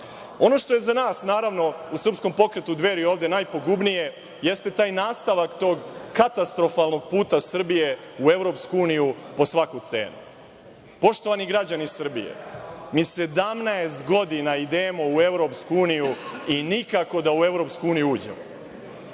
što je za nas u Srpskom pokretu Dveri ovde najpogubnije jeste taj nastavak tog katastrofalnog puta Srbije u Evropsku uniju po svaku cenu. Poštovani građani Srbije, mi 17 godina idemo u Evropsku uniju i nikako da u Evropsku uniju uđemo.